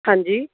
ਹਾਂਜੀ